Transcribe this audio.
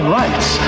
rights